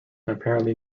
apparently